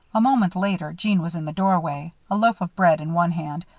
a moment later, jeanne was in the doorway a loaf of bread in one hand,